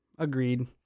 Agreed